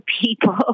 people